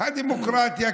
הדמוקרטיה,